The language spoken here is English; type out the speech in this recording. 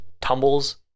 tumbles